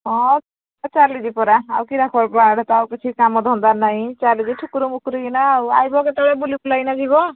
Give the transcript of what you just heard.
ହଁ ଚାଲିଛି ପରା ଆଉ କିରା କରିବୁ ଆଡ଼େ ତ ଆଉ କିଛି କାମ ଧନ୍ଦା ନାହିଁ ଚାଲିଛି ଠୁକୁରୁ ମୁକୁରୁ କିନା ଆଉ ଆଇବ କେତେବେଳେ ବୁଲିବୁଲା କିନା ଯିବ